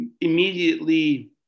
immediately